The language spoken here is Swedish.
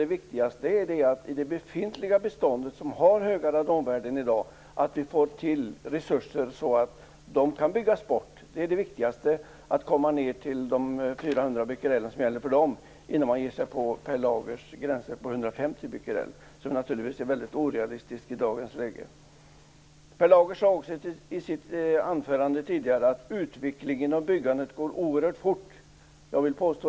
Det viktigaste är att vi får resurser så att de högsta radonvärdena - som finns i det befintliga beståndet - kan byggas bort. Det är viktigt att komma ner till 400 Bq, som gäller för dessa hus, innan man ger sig på Per Lagers gräns på 150 Bq. Det är naturligtvis väldigt orealistiskt i dagens läge. Per Lager sade i sitt anförande tidigare att utvecklingen av byggandet går oerhört fort.